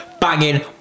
banging